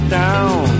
down